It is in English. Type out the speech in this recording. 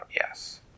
Yes